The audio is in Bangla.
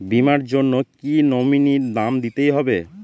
বীমার জন্য কি নমিনীর নাম দিতেই হবে?